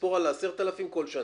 תספור 10,000 בכל שנה.